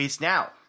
now